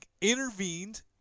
intervened